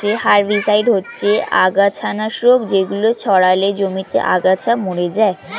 herbicide হচ্ছে আগাছানাশক যেগুলো ছড়ালে জমিতে আগাছা মরে যায়